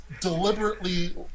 deliberately